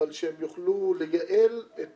אבל שהם יוכלו לנהל את